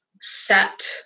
set